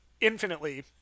infinitely